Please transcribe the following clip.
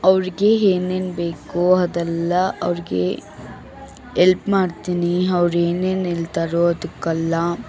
ಅವ್ರಿಗೆ ಏನೇನು ಬೇಕೊ ಅದೆಲ್ಲ ಅವ್ರಿಗೆ ಎಲ್ಪ್ ಮಾಡ್ತೀನಿ ಅವ್ರು ಏನೇನು ಹೇಳ್ತಾರೋ ಅದಕ್ಕೆಲ್ಲ